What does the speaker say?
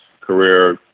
career